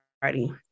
Party